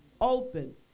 Open